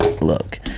Look